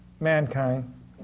mankind